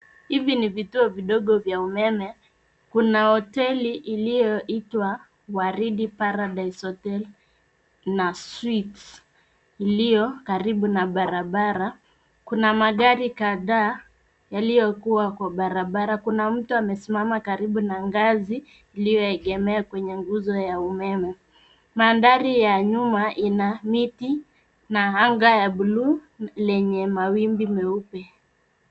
Hivi ni vituo vidogo vya umeme ,kuna hoteli iliyoitwa Waridi Paradise Hotel na Sweets, iliyokaribu na barabara . Kuna magari kadhaa yaliyokuwa kwa barabara, kuna mtu amesimama karibu na ngazi iliyoegemea kwenye nguzo ya umeme , mandhari ya nyuma ina miti na anga ya bluu lenye mawimbi meupe.